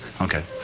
Okay